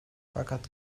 fakat